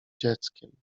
dzieckiem